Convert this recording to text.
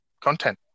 content